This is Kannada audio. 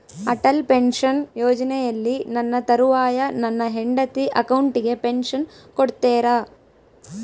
ಅಟಲ್ ಪೆನ್ಶನ್ ಯೋಜನೆಯಲ್ಲಿ ನನ್ನ ತರುವಾಯ ನನ್ನ ಹೆಂಡತಿ ಅಕೌಂಟಿಗೆ ಪೆನ್ಶನ್ ಕೊಡ್ತೇರಾ?